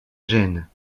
gênes